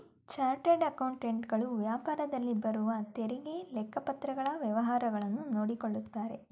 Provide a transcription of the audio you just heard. chartered accountant ಗಳು ವ್ಯಾಪಾರದಲ್ಲಿ ಬರುವ ತೆರಿಗೆ, ಲೆಕ್ಕಪತ್ರಗಳ ವ್ಯವಹಾರಗಳನ್ನು ನೋಡಿಕೊಳ್ಳುತ್ತಾರೆ